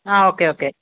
ആ okay okay